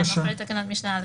אחרי תקנה 2,